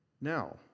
Now